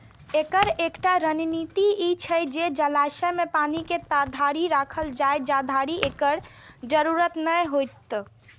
एकर एकटा रणनीति ई छै जे जलाशय मे पानि के ताधरि राखल जाए, जाधरि एकर जरूरत नै हो